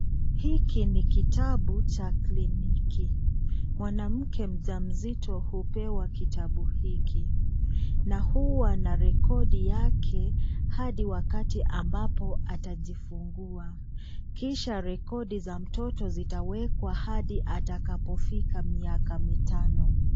Hiki ni kitabu cha kliniki, mwanamke mjamzito hupewa kitabu hiki. Na huu wanarekodi yake, Hadi wakati ambapo atajifungua. Kisha rekodi za mtoto zitawekwa hadi atakapofika miaka mitano.